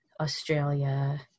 Australia